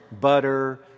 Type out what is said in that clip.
butter